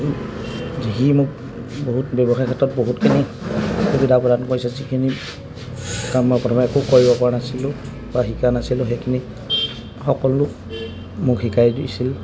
সি মোক বহুত ব্যৱসায় ক্ষেত্ৰত বহুতখিনি সুবিধা প্ৰদান কৰিছে যিখিনি কাম মই প্ৰথমে খুব কৰিবপৰা নাছিলোঁ বা শিকা নাছিলোঁ সেইখিনি সকলো মোক শিকাই দিছিল